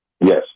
yes